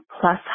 plus